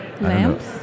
Lamps